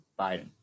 Biden